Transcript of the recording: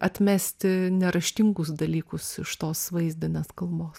atmesti neraštingus dalykus iš tos vaizdinės kalbos